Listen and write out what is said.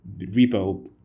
Repo